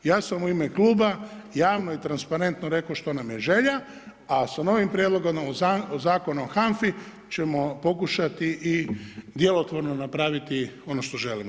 Ja sam u ime kluba javno i transparentno rekao što nam je želja, a sa novim prijedlogom Zakona o HANFA-i ćemo pokušati i djelotvorno napraviti ono što želimo.